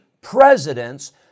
presidents